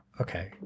Okay